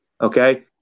okay